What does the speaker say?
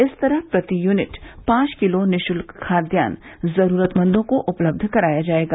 इस तरह प्रति यूनिट पांच किलो निशुल्क खाद्यान्न जरूरतमंदों को उपलब्ध कराया जाएगा